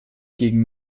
gegen